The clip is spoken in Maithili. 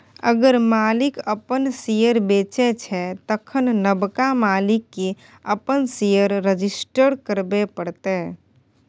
अगर मालिक अपन शेयर बेचै छै तखन नबका मालिक केँ अपन शेयर रजिस्टर करबे परतै